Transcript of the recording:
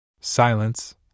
Silence